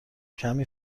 کمی